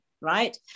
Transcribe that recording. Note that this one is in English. right